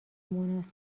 مناسب